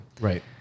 Right